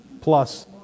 plus